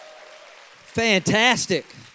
Fantastic